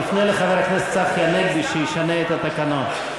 תפנה לחבר הכנסת צחי הנגבי שישנה את התקנון.